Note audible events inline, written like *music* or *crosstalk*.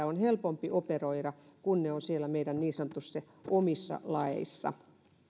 *unintelligible* on helpompi operoida kun ne ovat niin sanotusti siellä meidän omissa laeissa